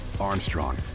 Armstrong